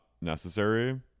necessary